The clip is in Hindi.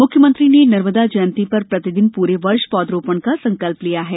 मुख्यमंत्री ने नर्मदा जयंती पर प्रतिदिन पूरे वर्ष पौध रोपण का संकल्प लिया है